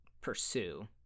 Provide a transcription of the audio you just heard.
pursue